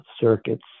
circuits